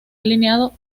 alineado